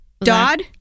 Dodd